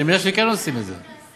אני מניח שכן עושים את זה.